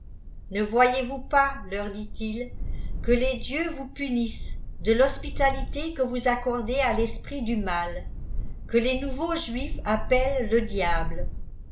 ne voyez-vous pas leur dit-il que les dieux vous punissent de l'hospitalité que vous accordez à l'esprit du mal que les nouveaux juifs appellent le diable